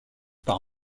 par